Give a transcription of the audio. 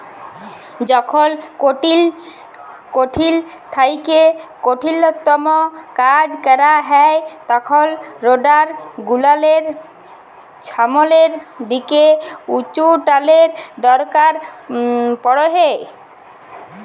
যখল কঠিল থ্যাইকে কঠিলতম কাজ ক্যরা হ্যয় তখল রোডার গুলালের ছামলের দিকে উঁচুটালের দরকার পড়হে